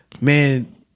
man